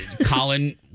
Colin